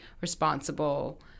responsible